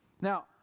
Now